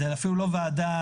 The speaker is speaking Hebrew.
זאת אפילו לא ועדה